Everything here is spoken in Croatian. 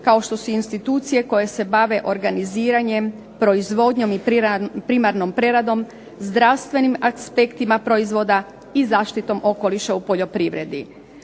kao što su institucije koje se bave organiziranjem, proizvodnjom i primarnom preradom, znanstvenim aspektima proizvoda i zaštitom okoliša u poljoprivredi".